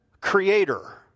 creator